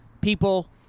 people